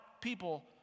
people